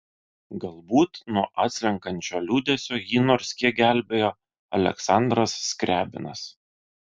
galbūt nuo atslenkančio liūdesio jį nors kiek gelbėjo aleksandras skriabinas